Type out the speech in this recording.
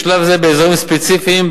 בשלב זה באזורים ספציפיים.